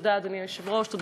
תודה, אדוני היושב-ראש.